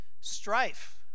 Strife